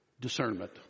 discernment